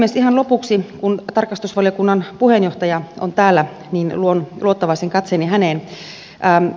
ihan lopuksi kun tarkastusvaliokunnan puheenjohtaja on täällä luon luottavaisen katseeni häneen